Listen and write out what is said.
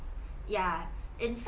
ya in fact